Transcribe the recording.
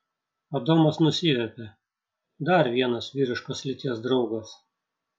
adomas nusiviepė dar vienas vyriškos lyties draugas